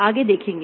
आगे देखेंगे